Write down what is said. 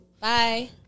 bye